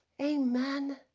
Amen